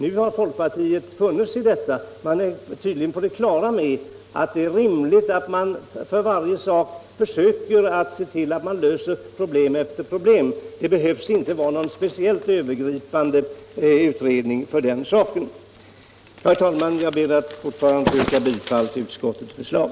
Nu har folkpartiet funnit sig i detta och är tydligen på det situation klara med att man i stället bör lösa problem efter problem. Det behövs inte någon speciell, övergripande utredning för den saken. Herr talman! Jag ber än en gång att få yrka bifall till utskottets förslag.